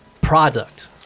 product